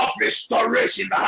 restoration